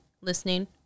listening